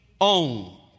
own